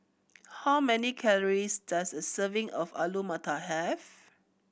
how many calories does a serving of Alu Matar have